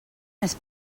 més